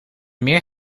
meer